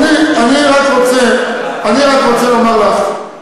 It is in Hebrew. אני רק רוצה לומר לך,